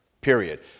Period